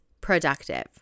productive